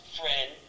friend